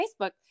Facebook